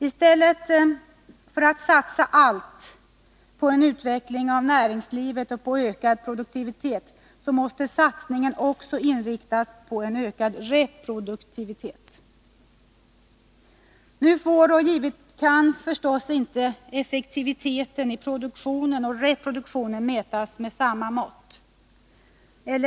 I stället för att satsa allt på en utveckling av näringslivet och på en ökad produktivitet, måste satsningen också inriktas på en ökad reproduktivitet. Nu får och kan givetvis inte effektiviteten i produktionen och reproduktionen mätas med samma mått.